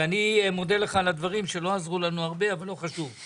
ואני מודה לך על הדברים שלא עזרו לנו הרבה אבל לא חשוב.